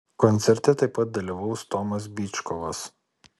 koncerte taip pat dalyvaus tomas byčkovas